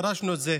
ודרשנו את זה,